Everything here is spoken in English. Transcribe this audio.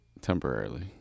temporarily